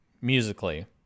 musically